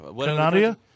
Canada